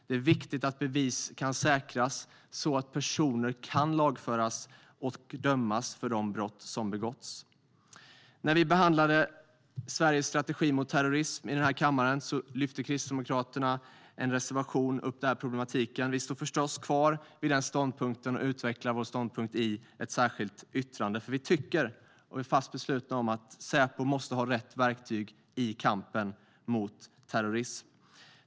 Det är viktigt att bevis kan säkras så att personer kan lagföras och dömas för de brott som begåtts. När kammaren behandlade frågan om Sveriges strategi mot terrorism lyfte Kristdemokraterna fram problemet i en reservation. Vi står förstås kvar vid den ståndpunkten, och vi utvecklar vår ståndpunkt i ett särskilt yttrande. Vi är fast beslutna att Säpo måste ha rätt verktyg i kampen mot terrorism.